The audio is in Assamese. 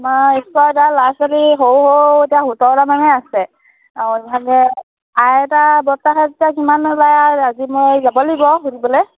আমাৰ স্কুলত এতিয়া ল'ৰা ছোৱালী সৰু সৰু এতিয়া সোতৰতামানহে আছে আৰু মানে চাৰিটা বস্তাহে আছে কিমান আহে বা আজি মই যাব লাগিব সুধিবলে